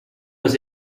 was